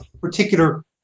particular